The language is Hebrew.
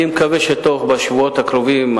אני מקווה שבשבועות הקרובים,